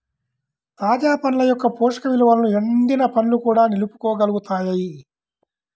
తాజా పండ్ల యొక్క పోషక విలువలను ఎండిన పండ్లు కూడా నిలుపుకోగలుగుతాయి